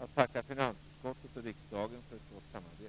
att tacka finansutskottet och riksdagen för ett gott samarbete.